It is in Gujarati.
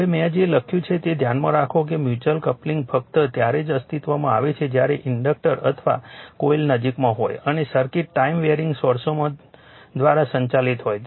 હવે મેં જે લખ્યું છે તે ધ્યાનમાં રાખો કે મ્યુચ્યુઅલ કપલિંગ ફક્ત ત્યારે જ અસ્તિત્વમાં આવે છે જ્યારે ઇન્ડક્ટર અથવા કોઇલ નજીકમાં હોય અને સર્કિટ ટાઈમ વેરીઇંગ સોર્સો દ્વારા સંચાલિત હોય